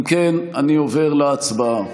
אם כן, אני עובר להצבעה.